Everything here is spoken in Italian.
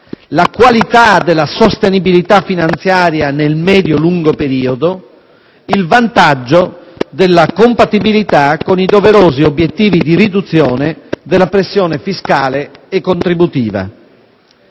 la qualità della sostenibilità finanziaria nel medio e lungo periodo, il vantaggio della compatibilità con i doverosi obiettivi di riduzione della pressione fiscale e contributiva.